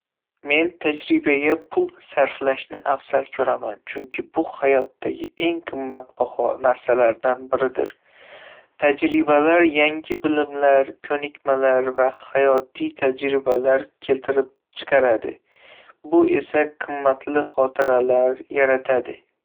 Men tajribaga pul sarflashni afzal ko'raman, chunki bu hayotdagi eng qimmatbaho narsalardan biridir. Tajribalar yangi bilimlar, ko'nikmalar va hayotiy tajribalarni keltirib chiqaradi, bu esa qimmatli xotiralar yaratadi.